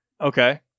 Okay